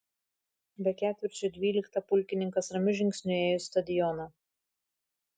be ketvirčio dvyliktą pulkininkas ramiu žingsniu ėjo į stadioną